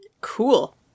Cool